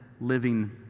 living